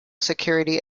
security